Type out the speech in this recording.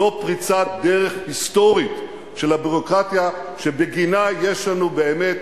זו פריצת דרך היסטורית של הביורוקרטיה שבגינה יש לנו באמת